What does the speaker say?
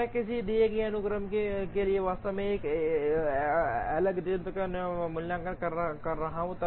जब मैं किसी दिए गए अनुक्रम के लिए वास्तव में एल अधिकतम का मूल्यांकन कर रहा हूं